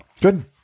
Good